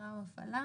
הפעלה.